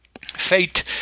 Fate